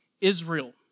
Israel